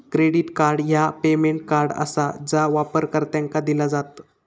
credit card ह्या payment card आसा जा वापरकर्त्यांका दिला जात